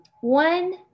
One